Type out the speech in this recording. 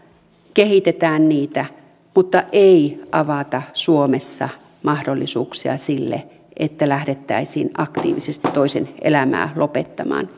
kehitetään niitä mutta ei avata suomessa mahdollisuuksia sille että lähdettäisiin aktiivisesti toisen elämää lopettamaan